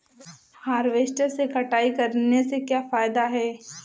Harvester से कटाई करने से क्या फायदा है?